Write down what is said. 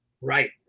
Right